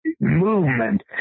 movement